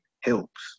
helps